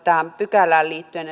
tähän pykälään liittyen